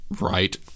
right